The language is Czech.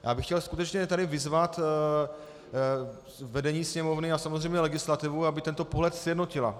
A chtěl bych skutečně tady vyzvat vedení Sněmovny a samozřejmě legislativu, aby tento pohled sjednotila.